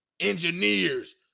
Engineers